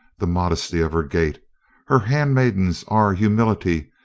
the modesty of her gait her handmaids are humility,